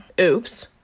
oops